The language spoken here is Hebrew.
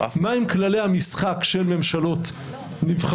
מה הם כללי המשחק של ממשלות נבחרות,